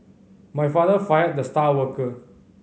my father fired the star worker